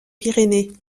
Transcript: pyrénées